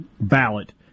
ballot